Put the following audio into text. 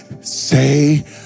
say